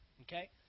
Okay